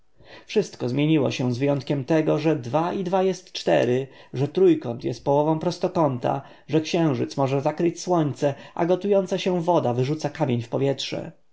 wszystko zmieniło się z wyjątkiem tego że dwa i dwa jest cztery że trójkąt jest połową prostokąta że księżyc może zakryć słońce a gotująca się woda wyrzuca kamień w powietrze